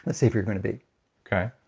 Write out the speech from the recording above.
ah say if you're going to be okay.